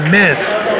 missed